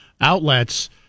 outlets